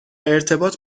ارتباط